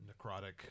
necrotic